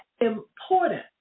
important